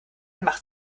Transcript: machte